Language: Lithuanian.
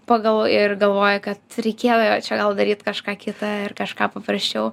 pagal ir galvoji kad reikėjo čia gal daryt kažką kita ir kažką paprasčiau